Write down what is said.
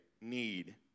need